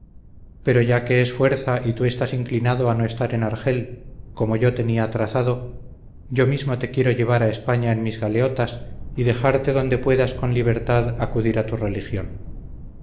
pero ya que es fuerza y tú estás inclinado a no estar en argel como yo tenía trazado yo mismo te quiero llevar a españa en mis galeotas y dejarte donde puedas con libertad acudir a tu religión